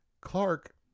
Clark